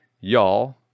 y'all